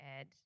add